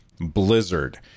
blizzard